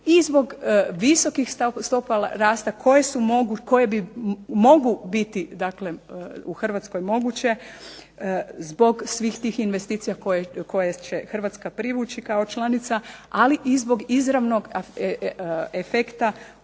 i zbog visokih stopa rasta koje mogu biti, dakle u Hrvatskoj je moguće, zbog svih tih investicija koje će Hrvatska privući kao članica, ali i zbog izravnog efekta